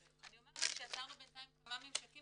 אני אומר גם שיצרנו בינתיים כמה ממשקים